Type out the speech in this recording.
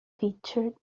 featured